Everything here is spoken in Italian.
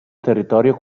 territorio